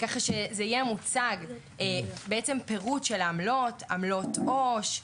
כך שזה יהיה מוצג בעצם פירוט של העמלות: עמלות עו"ש,